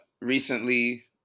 recently